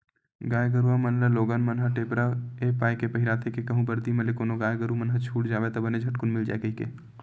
गाय गरुवा मन ल लोगन मन ह टेपरा ऐ पाय के पहिराथे के कहूँ बरदी म ले कोनो गाय गरु मन ह छूट जावय ता बने झटकून मिल जाय कहिके